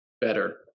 better